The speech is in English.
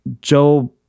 Joe